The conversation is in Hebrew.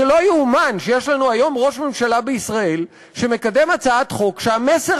זה לא ייאמן שיש לנו היום ראש ממשלה בישראל שמקדם הצעת חוק שהמסר